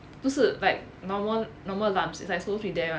不是 like normal normal lumps is like supposed to be there [one]